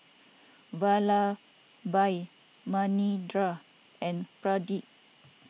Vallabhbhai Manindra and Pradip